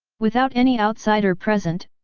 without any outsider present,